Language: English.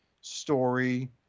story